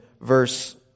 verse